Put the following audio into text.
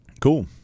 Cool